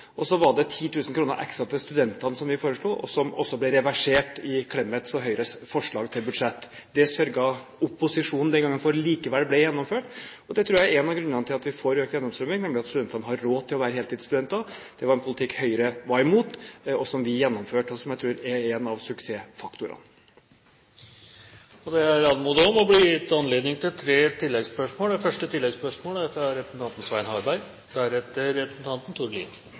Så var det 10 000 kr ekstra til studentene som vi foreslo, som også ble reversert i Clemets og Høyres forslag til budsjett. Det sørget opposisjonen den gangen for at likevel ble gjennomført, og det tror jeg er en av grunnene til at vi får økt gjennomstrømming, nemlig at studentene har råd til å være heltidsstudenter. Det var en politikk Høyre var imot og som vi gjennomførte, og som jeg tror er en av suksessfaktorene. Det er anmodet om og blir gitt anledning til tre